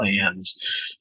plans